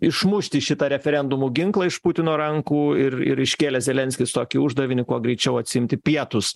išmušti šitą referendumų ginklą iš putino rankų ir ir iškėlė zelenskis tokį uždavinį kuo greičiau atsiimti pietus